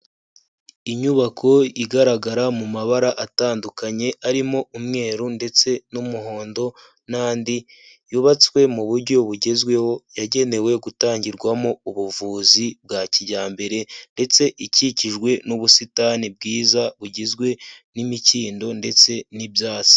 Inyubako igaragara mu mabara atandukanye, harimo umweru ndetse n'umuhondo n'andi, yubatswe mu buryo bugezweho yagenewe gutangirwamo ubuvuzi bwa kijyambere ndetse ikikijwe n'ubusitani bwiza bugizwe n'imikindo ndetse n'ibyatsi.